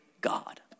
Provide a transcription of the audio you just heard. God